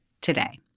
today